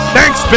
Thanks